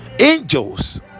angels